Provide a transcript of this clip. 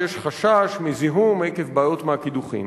שיש חשש מזיהום עקב בעיות מהקידוחים.